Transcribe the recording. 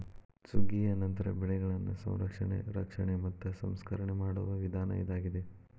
ಸುಗ್ಗಿಯ ನಂತರ ಬೆಳೆಗಳನ್ನಾ ಸಂರಕ್ಷಣೆ, ರಕ್ಷಣೆ ಮತ್ತ ಸಂಸ್ಕರಣೆ ಮಾಡುವ ವಿಧಾನ ಇದಾಗಿದೆ